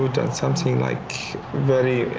that's something like very,